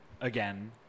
again